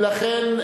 לכן,